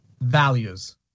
Values